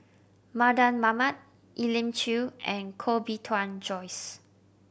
Mardan Mamat Elim Chew and Koh Bee Tuan Joyce